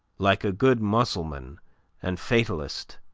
like a good mussulman and fatalist,